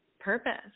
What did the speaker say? purpose